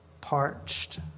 parched